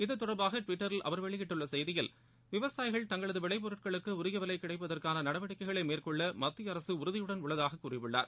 இத்தொடர்பாக டுவிட்டரில் அவர் வெளியிட்டுள்ள செய்தியில் விவசாயிகள் தங்களது விளைப் பொருட்களுக்கு உரிய விலை கிடைப்பதற்கான நடவடிக்கைகளை மேற்கொள்ள மத்திய அரசு உறுதியுடன் உள்ளதாக கூறியுள்ளார்